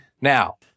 Now